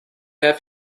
have